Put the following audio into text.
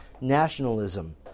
nationalism